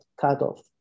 cutoff